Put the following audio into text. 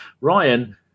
Ryan